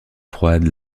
froide